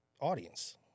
audience